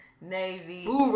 Navy